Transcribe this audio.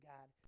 God